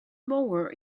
mower